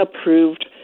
approved